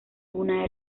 una